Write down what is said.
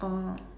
orh